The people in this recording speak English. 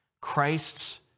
Christ's